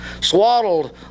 Swaddled